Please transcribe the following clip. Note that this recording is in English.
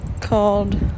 called